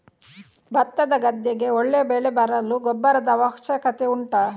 ಭತ್ತದ ಗದ್ದೆಗೆ ಒಳ್ಳೆ ಬೆಳೆ ಬರಲು ಗೊಬ್ಬರದ ಅವಶ್ಯಕತೆ ಉಂಟಾ